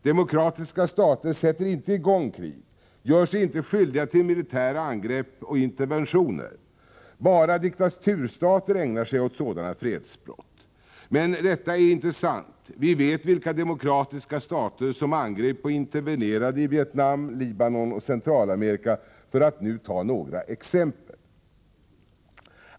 Demokratiska stater sätter inte i gång krig, gör sig inte skyldiga till militära angrepp och interventioner. Bara diktaturstater ägnar sig åt sådana fredsbrott. Men detta är inte sant. Vi vet vilka demokratiska stater som angrep och intervenerade i Vietnam, Libanon och Centralamerika, för att nu ta några exempel.